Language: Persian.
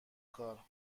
کار